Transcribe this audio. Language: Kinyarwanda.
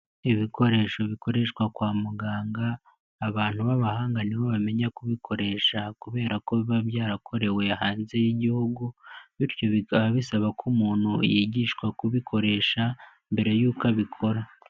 Ibikoresho bikoreshwa kwa muganga, abantu b'abahanga nibo bamenya kubikoresha kubera ko biba byarakorewe hanze y'igihugu, bityo bikaba bisaba ko umuntu yigishwa kubikoresha mbere y'uko abikora.